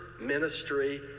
ministry